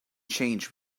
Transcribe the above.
changed